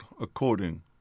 according